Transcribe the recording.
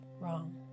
wrong